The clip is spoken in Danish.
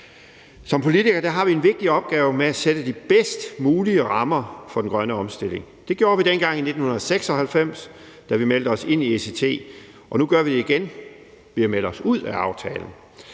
Som politikere har vi en vigtig opgave med at sætte de bedst mulige rammer for den grønne omstilling. Det gjorde vi dengang i 1996, da vi meldte os ind i ECT, og nu gør vi det igen ved at melde os ud af aftalen.